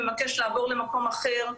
והוא מבקש לעבור למקום אחר.